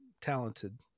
talented